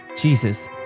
Jesus